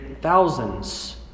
thousands